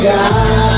God